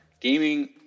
Gaming